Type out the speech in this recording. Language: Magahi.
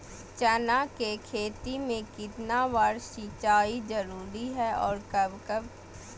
चना के खेत में कितना बार सिंचाई जरुरी है और कब कब?